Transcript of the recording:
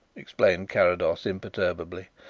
explained carrados imperturbably.